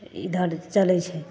आ इधर चलै छै